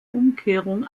umkehrung